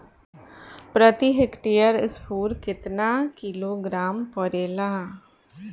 प्रति हेक्टेयर स्फूर केतना किलोग्राम परेला?